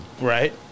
Right